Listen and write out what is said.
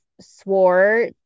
swore